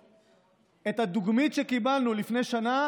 הדוגמית שקיבלנו לפני שנה